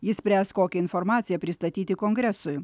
jis spręs kokią informaciją pristatyti kongresui